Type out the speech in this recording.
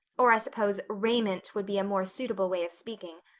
or i suppose raiment would be a more suitable way of speaking.